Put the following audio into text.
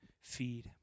Feed